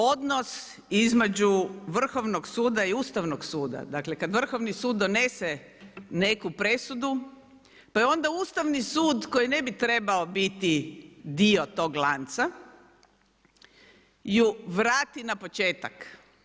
Odnos između Vrhovnog suda i Ustavnog suda, dakle, kad Vrhovni sud donese neku presudu, pa je onda Ustavni sud koji ne bi trebao biti dio tog lanca ju vrati na početak.